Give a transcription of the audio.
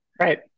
Right